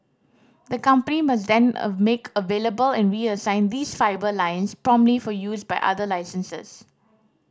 the company must then a make available and reassign these fibre lines promptly for use by other licensees